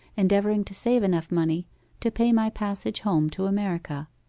endeavouring to save enough money to pay my passage home to america,